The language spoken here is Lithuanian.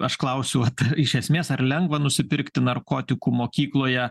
aš klausiu vat iš esmės ar lengva nusipirkti narkotikų mokykloje